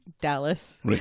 Dallas